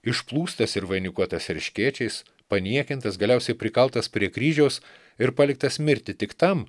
išplūstas ir vainikuotas erškėčiais paniekintas galiausiai prikaltas prie kryžiaus ir paliktas mirti tik tam